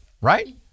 right